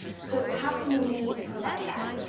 so how can we provide that?